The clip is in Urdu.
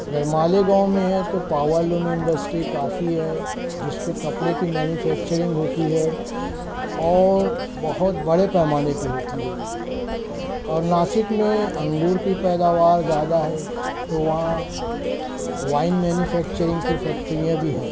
اگر مالیگاؤں میں ہے تو پاور لوم انڈسٹری کافی ہے جس پہ کپڑے کی مینوفیکچرنگ ہوتی ہے اور بہت بڑے پیمانے پہ ہوتی ہے یہ اور ناسک میں انگور کی پیداوار زیادہ ہے تو وہاں وائن مینوفیکچرنگ کی فیکٹریاں بھی ہیں